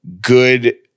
good